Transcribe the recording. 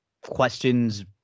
questions